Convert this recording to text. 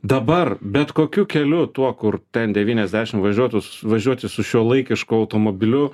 dabar bet kokiu keliu tuo kur ten devyniasdešim važiuotų važiuoti su šiuolaikišku automobiliu